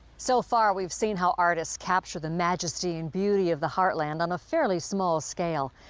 so far we've seen how artists capture the majesty and beauty of the heartland on a fairly small scale.